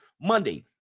Monday